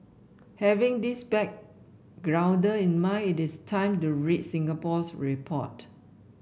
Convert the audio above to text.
having this back grounder in mind it's time to read Singapore's report